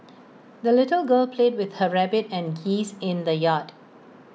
the little girl played with her rabbit and geese in the yard